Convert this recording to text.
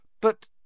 But